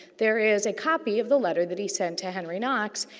there is a copy of the letter that he sent to henry knox.